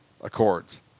Accords